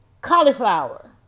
cauliflower